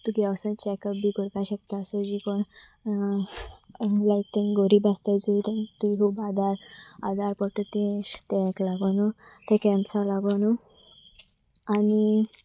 तुजो वचून चॅकअप बी करपा शकता सो जी कोण लायक तें गरीब आसतात चोय ते खूब आदार आदार पडटा ते ताका लागून तें कॅम्सा लागून आनी